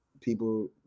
people